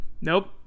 Nope